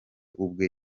ubwe